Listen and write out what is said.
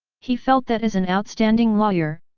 he felt that as an outstanding lawyer,